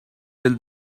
till